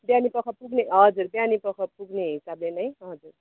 बिहानीपख पुग्ने हजुर बिहानीपख पुग्ने हिसाबले नै हजुर